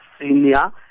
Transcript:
senior